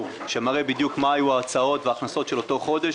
שמראה בדיוק מה היו ההוצאות וההכנסות של אותו חודש,